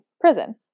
prison